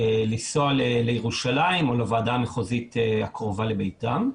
לנסוע לירושלים או לוועדה המחוזית הקרובה לביתם.